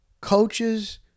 coaches